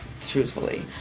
truthfully